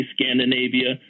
Scandinavia